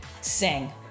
sing